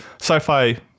sci-fi